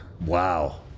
Wow